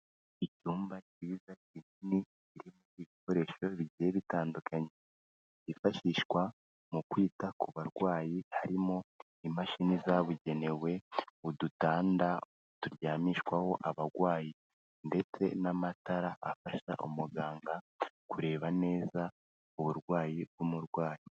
Icyumba kiza kinini kirimo ibikoresho bigiye bitandukanye, byifashishwa mu kwita ku barwayi harimo imashini zabugenewe, udutanda turyamishwaho abarwayi ndetse n'amatara afasha umuganga kureba neza uburwayi bw'umurwayi.